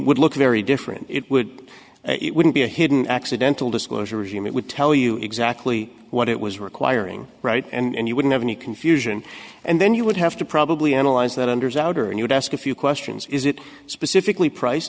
would look very different it would it wouldn't be a hidden accidental disclosure regime it would tell you exactly what it was requiring right and you wouldn't have any confusion and then you would have to probably analyze that under souder and you'd ask a few questions is it specifically price